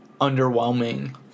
underwhelming